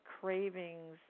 cravings